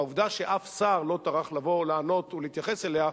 העובדה שאף שר לא טרח לבוא ולענות ולהתייחס אליה,